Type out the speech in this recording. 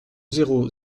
zéro